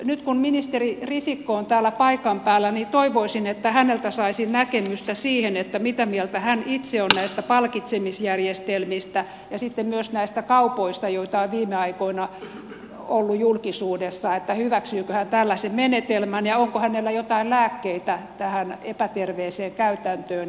nyt kun ministeri risikko on täällä paikan päällä toivoisin että häneltä saisin näkemystä siihen mitä mieltä hän itse on näistä palkitsemisjärjestelmistä ja sitten myös näistä kaupoista joita on viime aikoina ollut julkisuudessa hyväksyykö hän tällaisen menetelmän ja onko hänellä jotain lääkkeitä tähän epäterveeseen käytäntöön